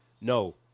No